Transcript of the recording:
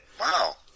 Wow